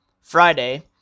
Friday